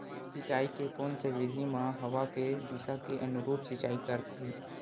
सिंचाई के कोन से विधि म हवा के दिशा के अनुरूप सिंचाई करथे?